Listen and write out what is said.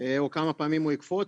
או כמה פעמים הוא יקפוץ.